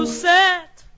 set